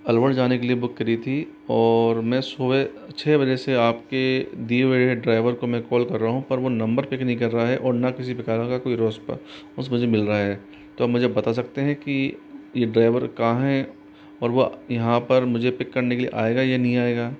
अलवर जाने के लिए बुक करी थी और मैं सुबह छः बजे से आपके दिये हुए ड्राइवर को मैं कॉल कर रहा हूँ पर वह नंबर पिक नहीं कर रहा है और न किसी प्रकार का कोई रोसपा उसमें से मिल रहा है तो मुझे बता सकते हैं कि यह ड्राइवर कहाँ है और वह यहाँ पर मुझे पिक करने के लिए आएगा कि नहीं आएगा